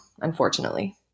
unfortunately